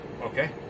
Okay